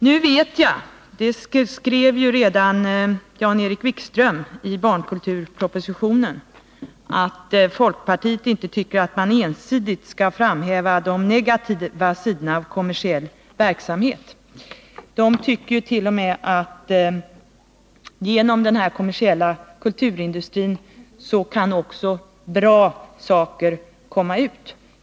Nu vet jag — det skrev redan Jan-Erik Wikström i barnkulturpropositionen - att folkpartiet inte tycker att man ensidigt skall framhäva de negativa sidorna av kommersiell verksamhet. Folkpartiet tycker t.o.m. att genom denna kommersiella kulturindustri kan också bra saker komma fram.